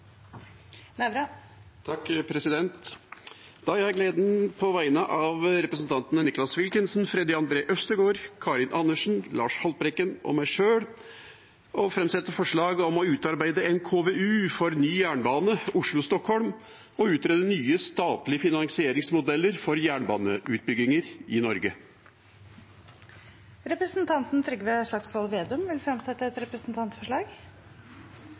har gleden av på vegne av representantene Nicholas Wilkinson, Freddy André Øvstegård, Karin Andersen, Lars Haltbrekken og meg sjøl å framsette forslag om å utarbeide en KVU for ny jernbane Oslo–Stockholm og utrede nye statlige finansieringsmodeller for jernbaneutbygginger i Norge. Representanten Trygve Slagsvold Vedum vil fremsette et representantforslag.